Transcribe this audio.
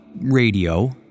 radio